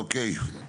אוקיי.